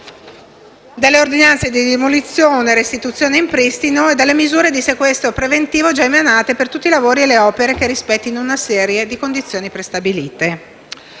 delle ordinanze di demolizione e restituzione in pristino e delle misure di sequestro preventivo già emanate per tutti i lavori e le opere che rispettino una serie di condizioni prestabilite.